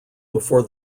before